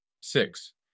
Six